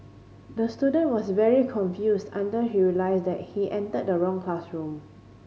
the student was very confused until he realised that he entered the wrong classroom